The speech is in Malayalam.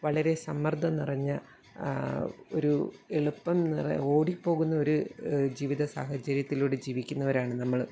വളരെ സമ്മർദ്ദം നിറഞ്ഞ ഒരു എളുപ്പം നിറ ഓടിപ്പോകുന്നൊരു ജീവിത സാഹചര്യത്തിലൂടെ ജീവിക്കുന്നവരാണ് നമ്മൾ